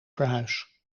verhuis